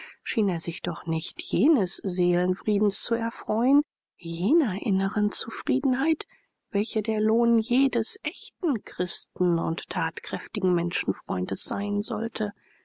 schien er sich doch nicht jenes seelenfriedens zu erfreuen jener inneren zufriedenheit welche der lohn jedes echten christen und thatkräftigen menschenfreundes sein sollte